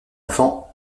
enfant